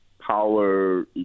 power